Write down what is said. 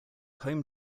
home